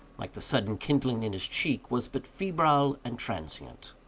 like the sudden kindling in his cheek, was but febrile and transient.